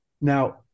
Now